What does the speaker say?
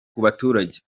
baturage